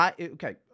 okay